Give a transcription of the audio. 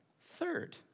Third